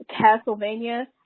Castlevania